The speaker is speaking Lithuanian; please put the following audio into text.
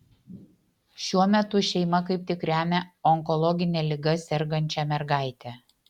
šiuo metu šeima kaip tik remia onkologine liga sergančią mergaitę